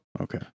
Okay